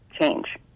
change